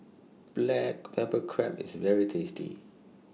Black Pepper Crab IS very tasty